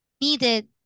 needed